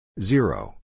zero